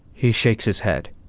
he shakes his head.